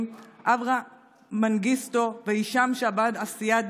אברה מנגיסטו והישאם שעבאן א-סייד